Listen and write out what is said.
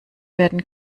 werden